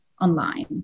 online